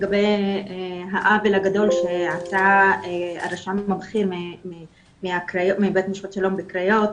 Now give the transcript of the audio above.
לגבי העוול הגדול שעשה הרשם מבית משפט שלום בקריות.